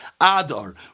Adar